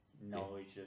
knowledge